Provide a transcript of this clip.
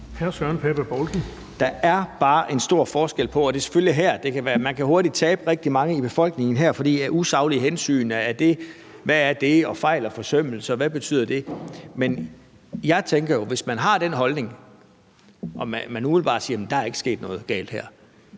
Der er bare en stor forskel her. Og man kan selvfølgelig hurtigt tabe rigtig mange i befolkningen her, for hvad er usaglige hensyn, og hvad betyder fejl og forsømmelser? Jeg tænker jo, at hvis man har den holdning, at man umiddelbart siger, at der ikke er sket noget her,